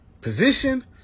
position